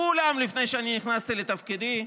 כולן היו לפני שאני נכנסתי לתפקידי,